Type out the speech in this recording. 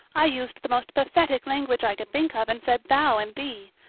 i used the most pathetic language i could think of and said thou and thee.